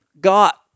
got